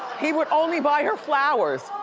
he would only buy her flowers,